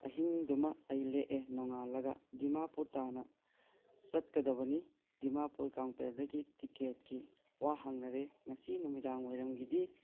ꯑꯍꯤꯡꯗꯨꯃ ꯑꯩ ꯂꯦꯛꯑꯦ ꯅꯣꯡꯉꯥꯜꯂꯒ ꯗꯤꯃꯥꯄꯨꯔ ꯇꯥꯟꯅ ꯆꯠꯀꯗꯕꯅꯤ ꯗꯤꯃꯥꯄꯨꯔ ꯀꯥꯎꯟꯇꯔꯗꯒꯤ ꯇꯤꯛꯀꯦꯠꯀꯤ ꯋꯥ ꯍꯪꯅꯔꯦ ꯉꯁꯤ ꯅꯨꯃꯤꯗꯥꯡꯋꯥꯏꯔꯝꯒꯤꯗꯤ